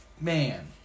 man